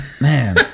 man